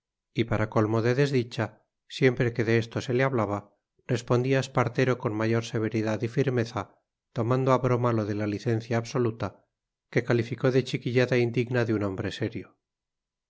y para colmo de desdicha siempre que de esto se le hablaba respondía espartero con mayor severidad y firmeza tomando a broma lo de la licencia absoluta que calificó de chiquillada indigna de un hombre serio